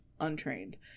untrained